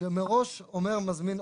שמראש אומר מזמין,